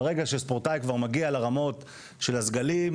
ברגע שספורטאי כבר מגיע לרמות של הסגלים,